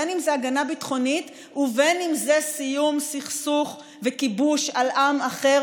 בין אם זו הגנה ביטחונית ובין אם זה סיום סכסוך וכיבוש על עם אחר,